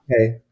Okay